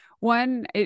One